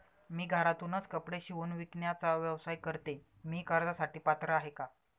मी घरातूनच कपडे शिवून विकण्याचा व्यवसाय करते, मी कर्जासाठी पात्र आहे का?